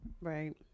right